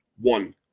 one